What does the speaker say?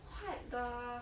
what the